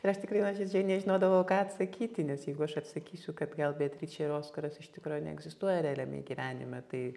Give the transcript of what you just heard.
ir aš tikrai nuoširdžiai nežinodavau ką atsakyti nes jeigu aš atsakysiu kad gal beatričė ir oskaras iš tikro neegzistuoja realiame gyvenime tai